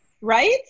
Right